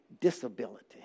disability